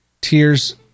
tears